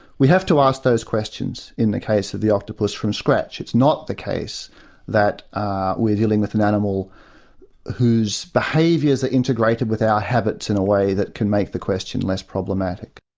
we have to ask those questions in the case of the octopus, from scratch. it's not the case that we're dealing with an animal whose behaviours are integrated with our habits in a way that can make the question less problematic.